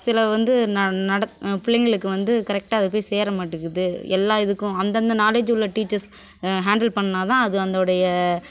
சில வந்து ந நட பிள்ளைங்களுக்கு வந்து கரெக்டாக அது போய் சேர மாட்டேகுது எல்லா இதுக்கும் அந்தந்த நாலேஜ் உள்ள டீச்சர்ஸ் ஹேண்டில் பண்ணுணாதான் அது அதோடைய